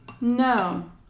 No